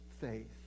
faith